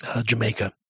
Jamaica